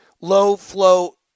low-flow